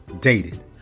dated